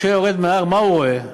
משה יורד מההר, מה הוא רואה?